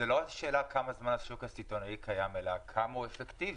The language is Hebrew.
זאת לא השאלה כמה זמן השוק הסיטונאי קיים אלא כמה הוא אפקטיבי.